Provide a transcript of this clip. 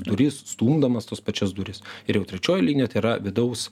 duris stumdomas tas pačias duris ir jau trečioji linija tai yra vidaus